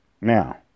Now